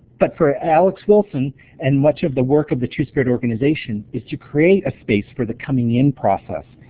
but for alex wilson and much of the work of the two-spirit organization, is to create a space for the coming in process.